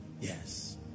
Yes